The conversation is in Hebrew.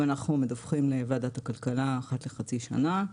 ואנחנו מדווחים לוועדת הכלכלה אחת לחצי שנה.